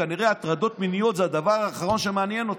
כנראה שהטרדות מיניות זה הדבר האחרון שמעניין אותו.